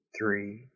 three